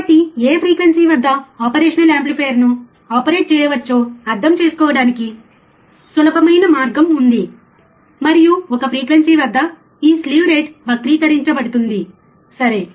కాబట్టి ఏ ఫ్రీక్వెన్సీ వద్ద ఆపరేషనల్ యాంప్లిఫైయర్ను ఆపరేట్ చేయవచ్చో అర్థం చేసుకోవడానికి సులభమైన మార్గం ఉంది మరియు ఒక ఫ్రీక్వెన్సీ వద్ద ఈ స్లీవ్ రేటు వక్రీకరించబడుతుంది సరే